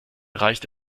reicht